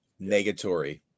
negatory